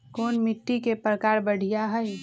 कोन मिट्टी के प्रकार बढ़िया हई?